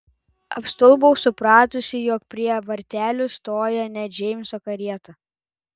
apstulbau supratusi jog prie vartelių stoja ne džeimso karieta